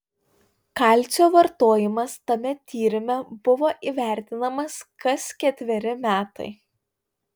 kalcio vartojimas tame tyrime buvo įvertinamas kas ketveri metai